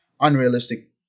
unrealistic